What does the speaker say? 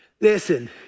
Listen